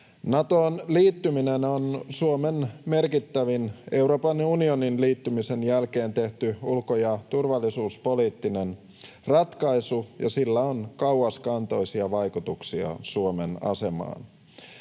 Natoon liittyminen on Suomen merkittävin Euroopan unioniin liittymisen jälkeen tehty ulko- ja turvallisuuspoliittinen ratkaisu, ja sillä on kauaskantoisia vaikutuksia Suomen asemaan.